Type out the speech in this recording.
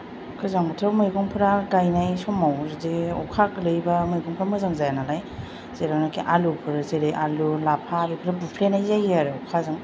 गोजां बोथोराव मैगंफोरा गायनाय समाव जुदि अखा गोलैबा मैगंफ्रा मोजां जाया नालाय जेरावनोखि आलुफोर जेरै आलु लाफा बेफोरो बुफ्लेनाय जायो आरो अखाजों